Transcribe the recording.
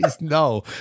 No